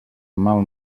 mal